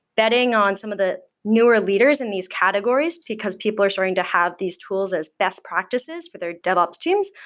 betting on some of the newer leaders in these categories, because people are starting to have these tools as best practices for their dev ops teams,